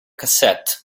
cassette